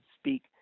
speak